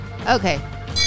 Okay